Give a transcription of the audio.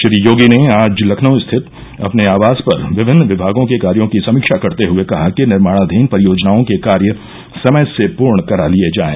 श्री योगी ने आज लखनऊ स्थित अपने आवास पर विभिन्न विभागों के कार्यो की समीक्षा करते हुये कहा कि निर्माणाधीन परियोजनाओं के कार्य समय से पूर्ण करा लिये जाएं